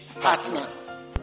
partner